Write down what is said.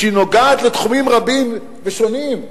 שנוגעת לתחומים רבים ושונים,